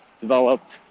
developed